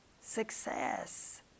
success